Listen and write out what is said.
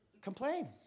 complain